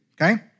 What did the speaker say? okay